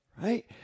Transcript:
Right